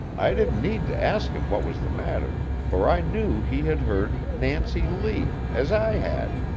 i didn't need to ask him what was the matter, for i knew he had heard nancy lee, as i had,